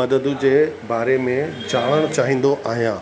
मदद जे बारे में ॼाणण चाहींदो आहियां